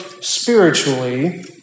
spiritually